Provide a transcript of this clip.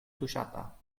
tuŝata